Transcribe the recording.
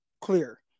clear